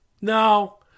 No